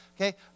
okay